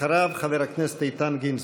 אחריו, חבר הכנסת איתן גינזבורג.